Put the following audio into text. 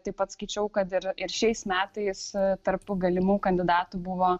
taip pat skaičiau kad ir ir šiais metais tarp tų galimų kandidatų buvo